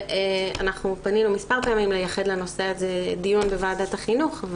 אנחנו פנינו מספר פעמים לייחד לנושא הזה דיון בוועדת החינוך.